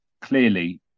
Clearly